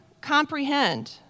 comprehend